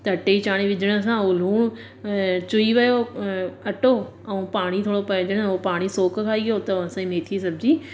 त अटे ई चाणी विझण सां हो लुणु चुई वियो अ अटो अऊं पाणी थोड़ो पइजनि हो पाणी सोक खाई यो त असां मेथी ई सब्जी